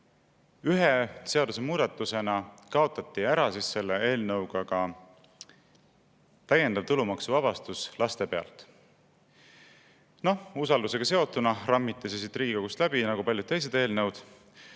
Ühe seadusemuudatusega kaotati selle eelnõuga ära ka täiendav tulumaksuvabastus laste eest. Noh, usaldusega seotuna rammiti see siit Riigikogust läbi nagu paljud teised eelnõud.